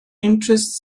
interests